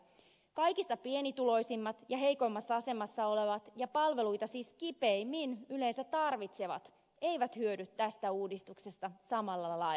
kaikista pienituloisimmat ja heikoimmassa asemassa olevat ja siis yleensä palveluita kipeimmin tarvitsevat eivät hyödy tästä uudistuksesta samalla lailla